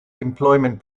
employment